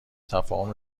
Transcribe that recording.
تفاهم